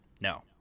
No